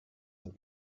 ein